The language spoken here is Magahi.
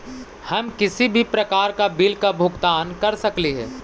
हम किसी भी प्रकार का बिल का भुगतान कर सकली हे?